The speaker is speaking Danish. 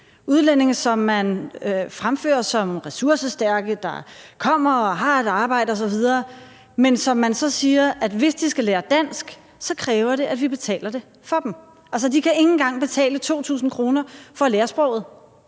udlændinge, som man fremfører som ressourcestærke; som kommer og har et arbejde osv., men hvis de skal lære dansk, så siger man, at det kræver, at vi betaler det for dem. Altså, de kan ikke engang betale 2.000 kr. for at lære sproget.